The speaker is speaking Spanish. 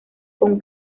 con